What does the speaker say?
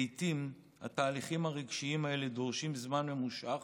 לעיתים התהליכים הרגשיים האלה דורשים זמן ממושך,